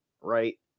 right